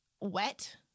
wet